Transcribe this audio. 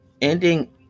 ending